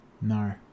No